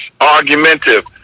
argumentative